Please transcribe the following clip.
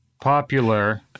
popular